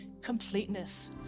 completeness